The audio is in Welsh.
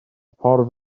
ffordd